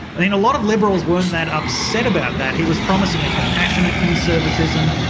i mean a lot of liberals weren't that upset about that. he was promising a compassionate conservatism.